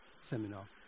seminar